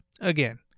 again